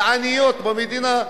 העניות במדינה,